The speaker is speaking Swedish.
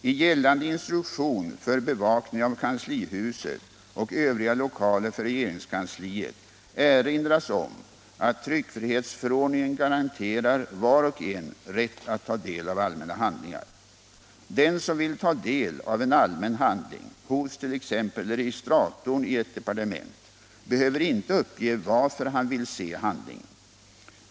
I gällande instruktion för bevakning av kanslihuset och övriga lokaler för regeringskansliet erinras om att tryckfrihetsförordningen garanterar var och en rätt att ta del av allmänna handlingar. Den som vill ta del av en allmän handling hos t.ex. registratorn i ett departement behöver inte uppge varför han vill se handlingen.